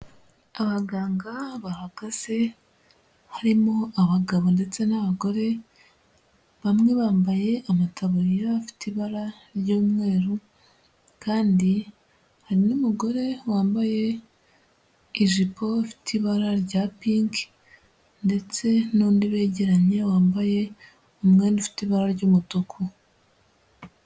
Abaganga bahagaze, harimo abagabo ndetse n'abagore, bamwe bambaye amataburiya afite ibara ry'umweru kandi hari n'umugore wambaye ijipo ifite ibara rya pinki ndetse n'undi begeranye wambaye umwenda ufite ibara ry'umutuku.